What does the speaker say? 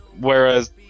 Whereas